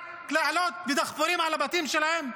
רק לעלות בדחפורים על הבתים שלהם?